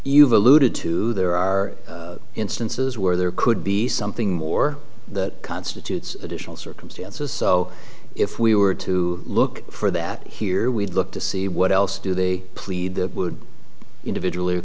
you've alluded to there are instances where there could be something more that constitutes additional circumstances so if we were to look for that here we'd look to see what else do they plead that would individually or